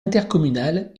intercommunale